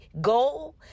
goal